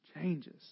changes